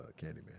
Candyman